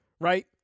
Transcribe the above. right